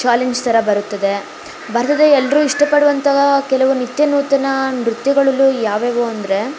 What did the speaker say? challenge ಥರ ಬರುತ್ತದೆ ಬರ್ತದೆ ಎಲ್ರೂ ಇಷ್ಟಪಡುವಂತಹ ಕೆಲವು ನಿತ್ಯ ನೂತನ ನೃತ್ಯಗಳಲ್ಲು ಯಾವುಯಾವು ಅಂದರೆ